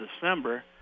December